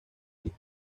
hijos